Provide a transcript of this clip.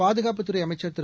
பாதுகாப்புத் துறை அமைச்சர் திரு